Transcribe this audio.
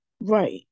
right